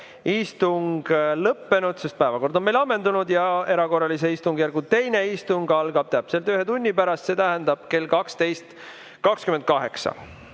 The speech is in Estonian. istung lõppenud, sest päevakord on meil ammendunud. Erakorralise istungjärgu teine istung algab täpselt ühe tunni pärast, see tähendab kell 12.28.